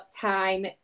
time